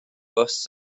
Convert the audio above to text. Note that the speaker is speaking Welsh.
bws